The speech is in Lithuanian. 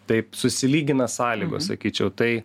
taip susilygina sąlygos sakyčiau tai